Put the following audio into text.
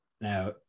now